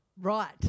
right